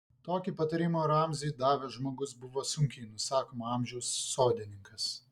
tokį patarimą ramziui davęs žmogus buvo sunkiai nusakomo amžiaus sodininkas